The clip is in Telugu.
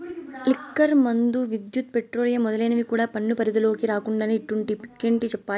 లిక్కర్ మందు, విద్యుత్, పెట్రోలియం మొదలైనవి కూడా పన్ను పరిధిలోకి రాకుండానే ఇట్టుంటే ఇంకేటి చెప్పాలి